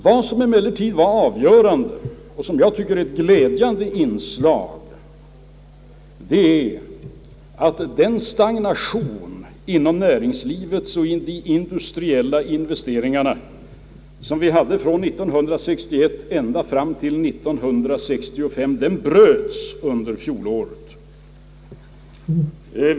Vad som emellertid har varit avgörande och ett som jag tycker glädjande inslag är att den stagnation inom näringslivet och i fråga om de industriella investeringarna, som förekom från år 1961 ända fram till år 1965, bröts under fjolåret.